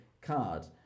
card